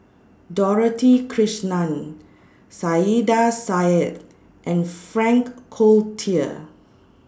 Dorothy Krishnan Saiedah Said and Frank Cloutier